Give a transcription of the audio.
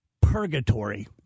Purgatory